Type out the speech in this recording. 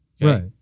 Right